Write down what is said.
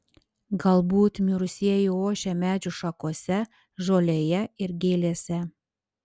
galbūt mirusieji ošia medžių šakose žolėje ir gėlėse